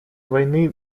войны